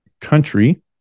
country